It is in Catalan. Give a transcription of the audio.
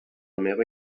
meva